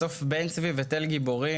בסוף בן צבי ותל גיבורים,